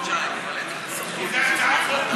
כי זאת הצעת חוק טובה.